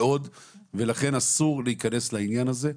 לכן אסור להיכנס לעניין הזה,